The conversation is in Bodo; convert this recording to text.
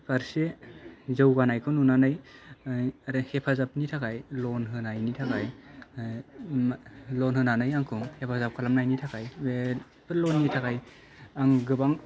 फारसे जौगानायखौ नुनानै हेफाजाबनि थाखाय लन होनायनि थाखाय लन होनानै आंखौ हेफाजाब खालामनायनि थाखाय बे लननि थाखाय आं गोबां